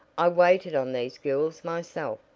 i waited on these girls myself,